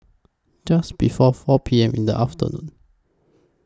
Just before four P M in The afternoon